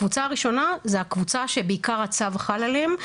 הקבוצה הראשונה זאת הקבוצה שבעיקר הצו חל עליהם,